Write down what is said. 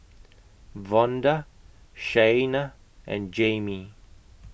Vonda Shaina and Jayme